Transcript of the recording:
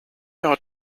ought